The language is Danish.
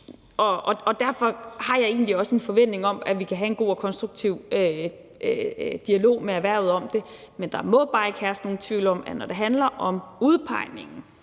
Derfor har jeg egentlig også en forventning om, at vi kan have en god og konstruktiv dialog med erhvervet om det. Men der må bare ikke herske nogen tvivl om, at når det handler om udpegningen,